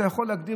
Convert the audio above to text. אתה יכול להגדיר,